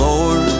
Lord